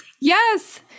Yes